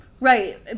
Right